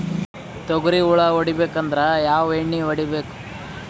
ತೊಗ್ರಿ ಹುಳ ಹೊಡಿಬೇಕಂದ್ರ ಯಾವ್ ಎಣ್ಣಿ ಹೊಡಿಬೇಕು?